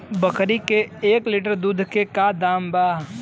बकरी के एक लीटर दूध के का दाम बा?